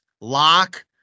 lock